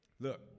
Look